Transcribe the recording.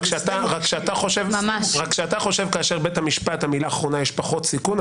רק שאתה חושב שכאשר בית המשפט אומר את המילה האחרונה יש פחות סיכון,